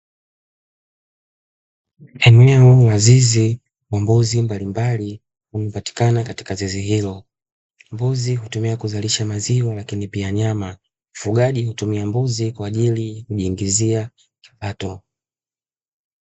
Eneo la zizi na mbuzi mbalimbali wanapatikana katika zizi hilo, mbuzi hutumika kuzalisha maziwa lakini pia nyama. Mfugaji hutumia mbuzi kwa ajili ya kujiingizia kipato.